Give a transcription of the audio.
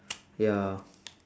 ya